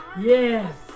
Yes